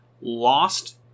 lost